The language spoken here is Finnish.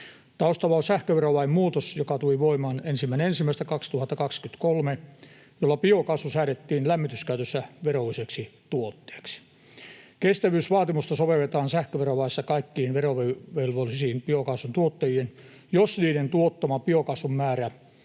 Taustalla on sähköverolain muutos, joka tuli voimaan 1.1.2023, jolla biokaasu säädettiin lämmityskäytössä verolliseksi tuotteeksi. Kestävyysvaatimusta sovelletaan sähköverolaissa kaikkiin verovelvollisiin biokaasun tuottajiin, jos niiden tuottaman biokaasun määrä